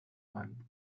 ein